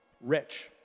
rich